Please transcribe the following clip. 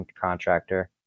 contractor